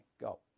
go